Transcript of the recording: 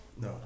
No